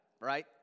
right